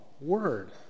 word